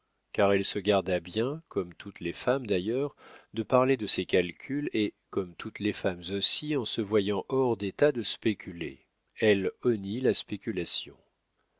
car elle se garda bien comme toutes les femmes d'ailleurs de parler de ses calculs et comme toutes les femmes aussi en se voyant hors d'état de spéculer elle honnit la spéculation